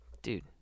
Dude